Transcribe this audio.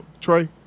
Trey